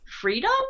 freedom